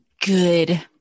good